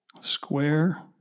square